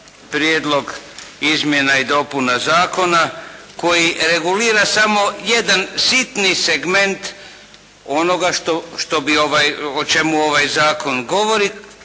prijedlog izmjena i dopuna zakona koji regulira samo jedan sitni segment onoga što bi, o čemu ovaj zakon govori,